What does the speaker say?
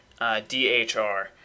DHR